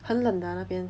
很冷的 ah 那边